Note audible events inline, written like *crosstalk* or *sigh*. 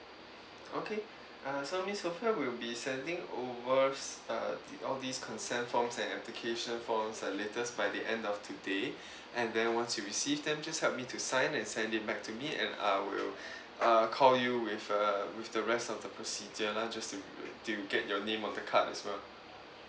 okay err so miss sophia we'll be sending over s~ err th~ all these consent forms and application forms uh latest by the end of today *breath* and then once you receive them just help me to sign and send it back to me and I will *breath* uh call you with err with the rest of the procedure lah just to to get your name on the card as well